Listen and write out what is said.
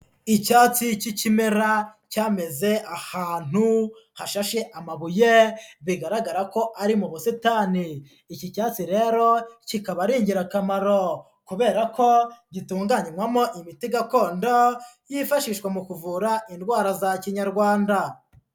Icyatsi k'ikimera cyameze ahantu hashashe amabuye bigaragara ko ari mu busitani, iki cyatsi rero kikaba ari ingerakamaro, kubera ko gitunganywamo imiti gakondo yifashishwa mu kuvura indwara za kinyarwanda.